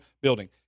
building